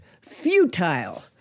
futile